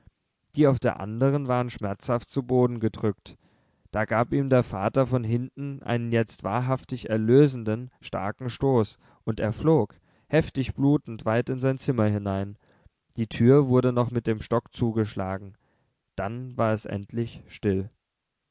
die auf der anderen waren schmerzhaft zu boden gedrückt da gab ihm der vater von hinten einen jetzt wahrhaftig erlösenden starken stoß und er flog heftig blutend weit in sein zimmer hinein die tür wurde noch mit dem stock zugeschlagen dann war es endlich still